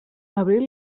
abril